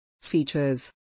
Features